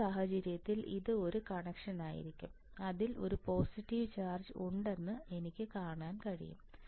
ഈ സാഹചര്യത്തിൽ ഇത് ഒരു കണക്ഷനായിരിക്കും അതിൽ ഒരു പോസിറ്റീവ് ചാർജ് ഉണ്ടെന്ന് എനിക്ക് കാണാൻ കഴിയും